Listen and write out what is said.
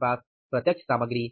हमारे पास प्रत्यक्ष सामग्री